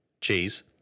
Cheese